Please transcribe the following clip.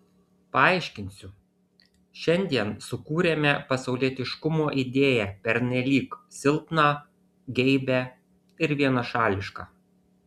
paaiškinsiu šiandien sukūrėme pasaulietiškumo idėją pernelyg silpną geibią ir vienašališką